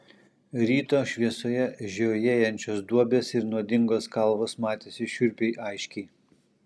ryto šviesoje žiojėjančios duobės ir nuodingos kalvos matėsi šiurpiai aiškiai